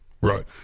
right